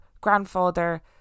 grandfather